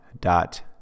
dot